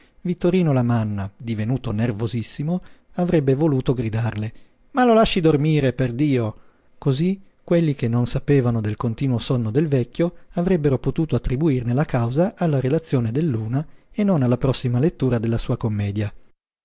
vittorino lamanna divenuto nervosissimo avrebbe voluto gridarle ma lo lasci dormire perdio cosí quelli che non sapevano del continuo sonno del vecchio avrebbero potuto attribuirne la causa alla relazione del luna e non alla prossima lettura della sua commedia